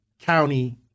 county